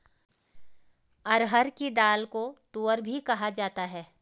अरहर की दाल को तूअर भी कहा जाता है